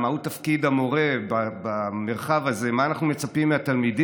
על מהות תפקיד המורה במרחב הזה על מה אנחנו מצפים מהתלמידים.